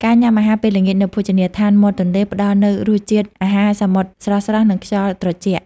ការញ៉ាំអាហារពេលល្ងាចនៅភោជនីយដ្ឋានមាត់ទន្លេ ផ្ដល់នូវរសជាតិអាហារសមុទ្រស្រស់ៗ និងខ្យល់ត្រជាក់។